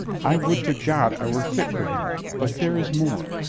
i would to god i were fit for him. but there is more.